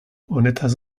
honetaz